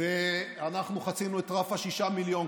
ואנחנו חצינו את רף שישה מיליון.